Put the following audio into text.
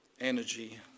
energy